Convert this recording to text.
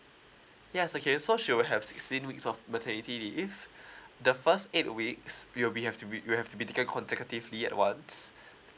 yes okay so she will have sixteen weeks of maternity leave the first eight weeks will be have to you have to be they can conservatively at once